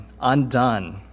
undone